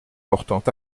portant